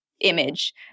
image